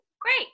great